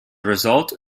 result